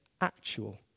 actual